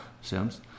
sims